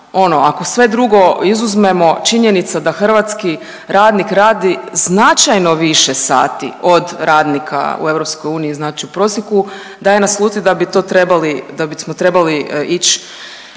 ako sve drugo izuzmemo činjenica da hrvatski radnik radi značajno više sati od radnika u EU znači u prosjeku daje naslutiti da bi to trebali,